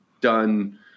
done